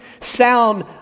sound